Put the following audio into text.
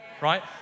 right